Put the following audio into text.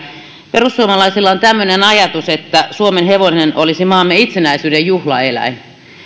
perussuomalaisilla on tämmöinen ajatus että suomenhevonen olisi maamme itsenäisyyden juhlaeläin